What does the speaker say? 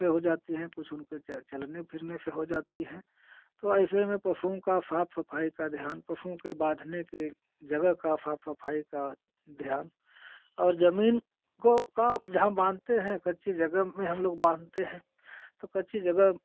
हो जाती हैं कुछ उनके चलने फिरने से हो जाती हैं तो ऐसे में पशुओं की साफ़ सफ़ाई का ध्यान पशुओं के बाँधने की जगह की साफ़ सफ़ाई का ध्यान और ज़मीन को का जहाँ बाँधते हैं कच्ची जगह में हम लोग बाँधते हैं तो कच्ची जगह